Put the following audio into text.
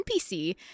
NPC